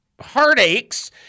heartaches